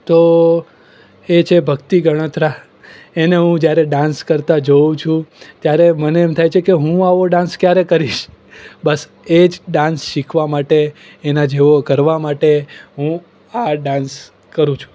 તો એ છે ભક્તિ ગણાત્રા એને હું જ્યારે ડાન્સ કરતાં જોઉં છું ત્યારે મને એમ થાય છે કે હું આવો ડાન્સ ક્યારે કરીશ બસ એ જ ડાન્સ શીખવા માટે એનાં જેવો કરવા માટે હુ આ ડાન્સ કરું છું